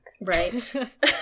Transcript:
Right